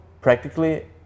practically